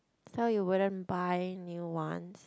so you wouldn't buy a new one